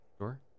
Sure